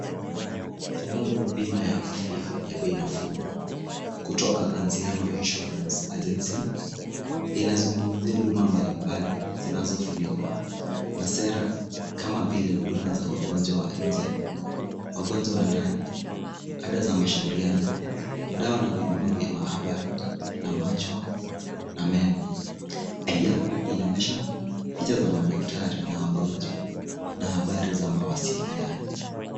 Tangazo la bima ya afya ya bei nafuu kutoka Anziano Insurance agency. Inazungumzia huduma mbalimbali zinazofunikwa na sera kama vile huduma za wagonjwa nje, wagonjwa wa ndani, ada za mashauriano, dawa na vipimo vya maabara na macho na meno. Pia inaonesha picha za madaktari na wagonjwa na habari za mawasiliano.